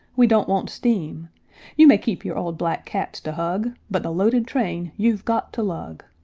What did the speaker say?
we don't want steam you may keep your old black cats to hug, but the loaded train you've got to lug.